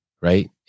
right